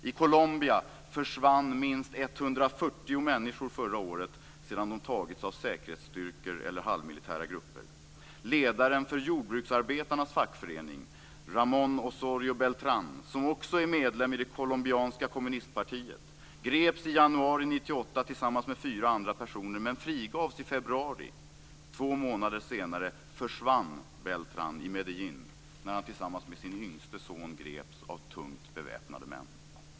I Colombia "försvann" minst 140 människor förra året sedan de tagits av säkerhetsstyrkor eller halvmilitära grupper. Ledaren för jordbruksarbetarnas fackförening Ramón Osorio Beltran, som också är medlem i det colombianska kommunistpartiet, greps i januari 1998 tillsammans med fyra andra personer men frigavs i februari. Två månader senare "försvann" Beltran i Medellín när han tillsammans med sin yngste son greps av tungt beväpnade män.